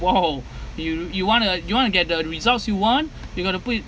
!wow! you you want to you want to get the results you want you go to put